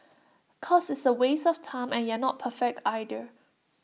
cause it's A waste of time and you're not perfect either